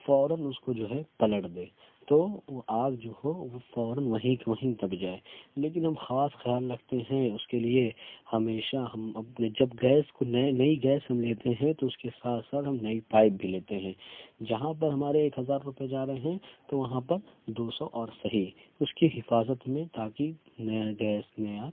فوراً اس كو جو ہے پلٹ دیں تو آگ جو ہو وہ فوراً وہی كے وہی دب جائے لیکن ہم خاص خیال رکھتے ہیں اس کے لیے ہمیشہ ہم اپنے جب گیس کو نئے نئی گیس ہم لیتے ہیں تو اس کے ساتھ ساتھ نئی پائپ بھی لیتے ہیں جہاں پر ہمارے ایک ہزار روپئے جا ر ہے ہیں تو وہاں پر دو سو اور سہی اس کے حفاظت میں تاکہ نیا گیس نیا